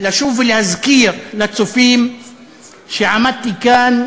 לשוב ולהזכיר לצופים שעמדתי כאן,